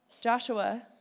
Joshua